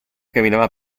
camminava